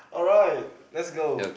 alright let's go